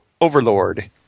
overlord